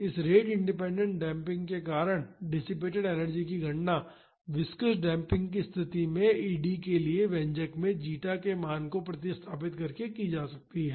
इस rate independent damping के कारण डिसिपेटड एनर्जी की गणना विस्कॉस डेम्पिंग कि स्तिथि में ED के लिए व्यंजक में जीटा के मान को प्रतिस्थापित करके की जा सकती है